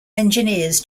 engineers